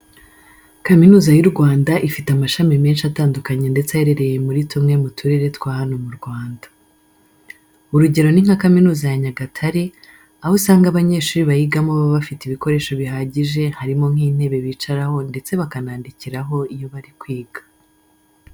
Kaminuza y'u Rwanda ifite amashami menshi atandukanye ndetse aherereye muri tumwe mu turere twa hano mu Rwanda. Urugero ni nka Kaminuza ya Nyagatare, aho usanga abanyeshuri bayigamo baba bafite ibikoresho bihagije harimo nk'intebe bicaraho ndetse bakanandikiraho iyo bari kwiga.